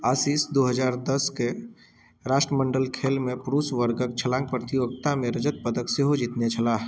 आशीष दुइ हजार दसके राष्ट्रमण्डल खेलमे पुरुष वर्गके छलाँग प्रतियोगितामे रजत पदक सेहो जितने छलाह